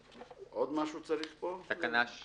באמת יש פה בעיות נוספות שצריך לתת עליהן את הדעת,